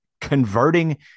converting